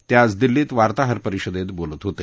ते आज दिल्लीत वार्ताहर परिषदेत बोलत होते